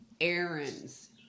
errands